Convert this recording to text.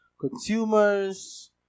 consumers